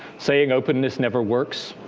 saying openness never works.